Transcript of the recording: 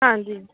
ਹਾਂਜੀ